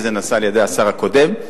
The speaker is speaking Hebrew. זה נעשה על-ידי השר הקודם,